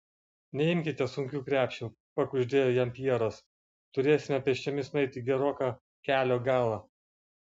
neimkite sunkių krepšių pakuždėjo jam pjeras turėsime pėsčiomis nueiti geroką kelio galą